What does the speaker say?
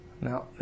Now